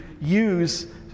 use